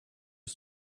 you